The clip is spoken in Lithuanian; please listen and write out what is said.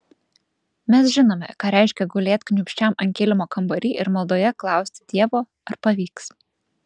mes žinome ką reiškia gulėt kniūbsčiam ant kilimo kambary ir maldoje klausti dievo ar pavyks